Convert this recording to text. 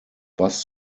bus